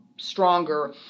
Stronger